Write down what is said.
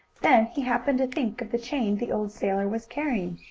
then he happened to think of the chain the old sailor was carrying.